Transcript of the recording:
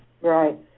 Right